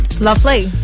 Lovely